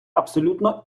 абсолютно